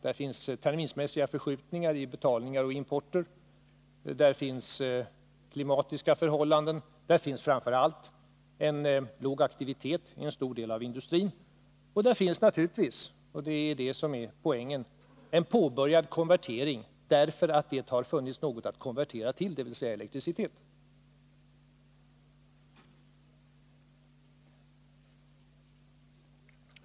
Där finns terminsmässiga förskjutningar i betalningar och importer. Där finns klimatiska förhållanden. Där finns framför allt en låg aktivitet i en stor del av industrin. Och där finns naturligtvis — och det är det som är poängen — en påbörjad konvertering, därför att det har funnits något att konvertera till, dvs. elektricitet.